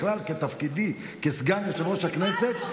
בכלל בתפקידי כסגן יושב-ראש הכנסת,